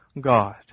God